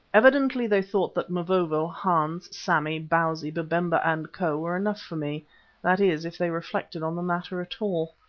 evidently they thought that mavovo, hans, sammy, bausi, babemba and co. were enough for me that is, if they reflected on the matter at all.